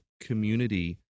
community